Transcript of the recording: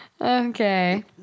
Okay